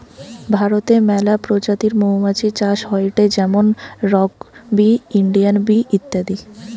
ভারতে মেলা প্রজাতির মৌমাছি চাষ হয়টে যেমন রক বি, ইন্ডিয়ান বি ইত্যাদি